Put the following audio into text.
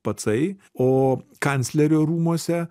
pacai o kanclerio rūmuose